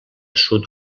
sud